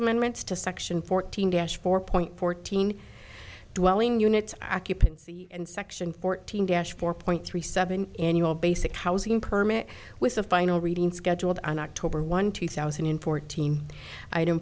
amendments to section fourteen dash four point fourteen dwelling unit accurate and section fourteen dash four point three seven in your basic housing permit with a final reading scheduled on october one two thousand and fourteen i